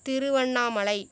Tiruvannamalai